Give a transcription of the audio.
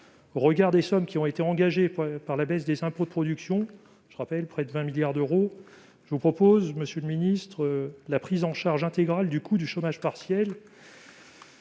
Au regard des sommes qui ont été engagées pour la baisse des impôts de production- un montant de près de 20 milliards d'euros -, je vous propose, monsieur le ministre, la prise en charge intégrale du coût du chômage partiel.